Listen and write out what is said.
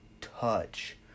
touch